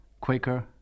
Quaker